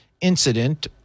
incident